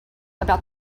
about